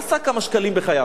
שעשה כמה שקלים בחייו.